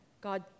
God